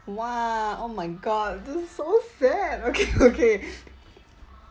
!wah! oh my god this is so sad okay okay